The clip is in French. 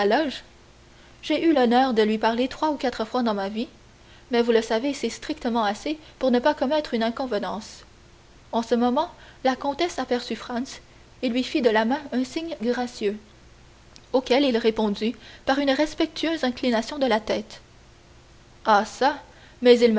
j'ai eu l'honneur de lui parler trois ou quatre fois dans ma vie mais vous le savez c'est strictement assez pour ne pas commettre une inconvenance en ce moment la comtesse aperçut franz et lui fit de la main un signe gracieux auquel il répondit par une respectueuse inclination de tête ah çà mais il